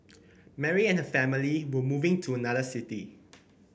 Mary and family were moving to another city